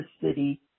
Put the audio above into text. city